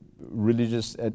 religious